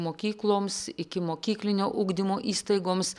mokykloms ikimokyklinio ugdymo įstaigoms